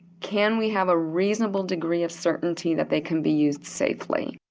can we have a reasonable degree of certainty that they can be used safely?